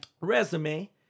Resume